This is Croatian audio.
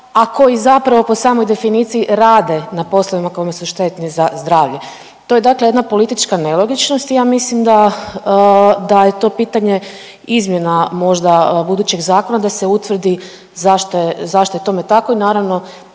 a koji zapravo po samoj definiciji rade na poslovima koji su štetni za zdravlje. To je dakle jedna politička nelogičnost i ja mislim da je to pitanje izmjena možda budućeg zakona da se utvrdi zašto je tome tako i naravno